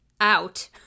out